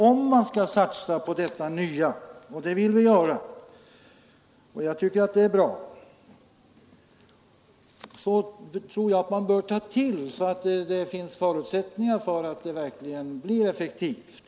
Om man skall satsa på detta nya system — och det vill vi göra, jag tycker att det är bra — bör man nog se till att det finns förutsättningar för att det verkligen blir effektivt.